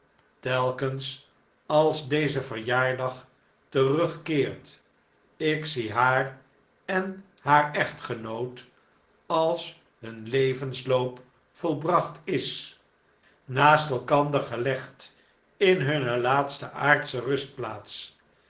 telkens als deze verjaardag terugkeert ik zie haar en haar echtgenoot als hun levensloop volbracht is naast elkander gelegd in hunne laatste aardsche rustplaats